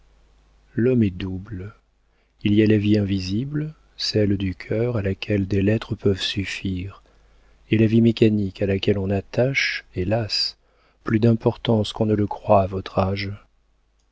l'homme est double il y a la vie invisible celle du cœur à laquelle des lettres peuvent suffire et la vie mécanique à laquelle on attache hélas plus d'importance qu'on ne le croit à votre âge